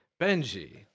Benji